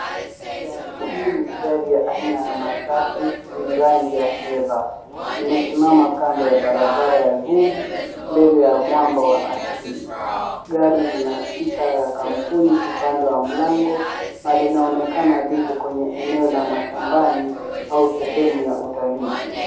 Gari hii ni gari ya aina ya matatu, yenye rangi ya fedha. Imesimama kando ya barabara ya vumbi, mbele ya mwamba wa asili. Gari lina stika ya kampuni upande wa mlango, na linaonekana liko kwenye eneo la mashambani au sehemu ya utalii.